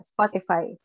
Spotify